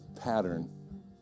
pattern